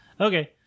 Okay